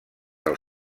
del